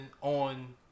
on